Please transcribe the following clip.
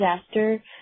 disaster